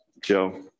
Joe